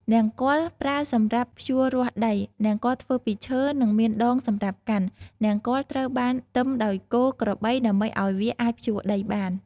នង្គ័ល ប្រើសម្រាប់ភ្ជួររាស់ដី នង្គ័លធ្វើពីឈើ និងមានដងសម្រាប់កាន់។ នង្គ័លត្រូវបានទឹមដោយគោ ក្របី ដើម្បីឲ្យវាអាចភ្ជួរដីបាន។